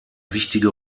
wichtige